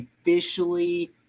officially